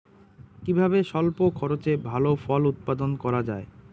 কিভাবে স্বল্প খরচে ভালো ফল উৎপাদন করা যায়?